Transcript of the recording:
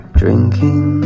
drinking